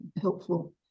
helpful